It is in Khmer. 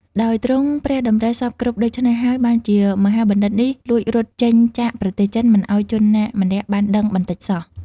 ដោយទ្រង់ព្រះតម្រិះសព្វគ្រប់ដូច្នេះហើយ បានជាមហាបណ្ឌិតនេះលួចរត់ចេញចាកប្រទេសចិន មិនឲ្យជនណាម្នាក់បានដឹងបន្តិចសោះ ។